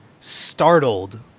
startled